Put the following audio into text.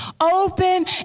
open